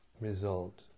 result